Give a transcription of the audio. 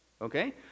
Okay